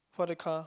for the car